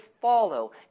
follow